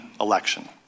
election